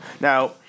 Now